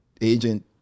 agent